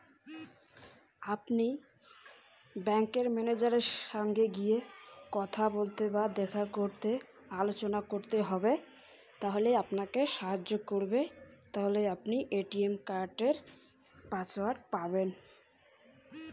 মুই মোর ATM pin ভুলে গেইসু, দয়া করি সাহাইয্য করুন